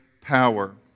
power